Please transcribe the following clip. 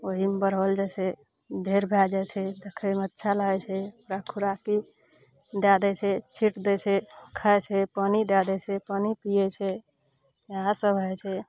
ओहिमे बढ़ल जाइ छै ढेर भए जाइ छै देखैमे अच्छा लागै छै ओकरा खुराकी दए दै छै छीट दै छै खाइ छै पानि दए दै छै पानि पीयै छै इहए सब होइ छै